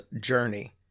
Journey